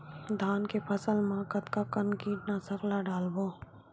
धान के फसल मा कतका कन कीटनाशक ला डलबो?